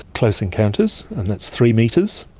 close encounters and that's three metres,